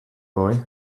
boy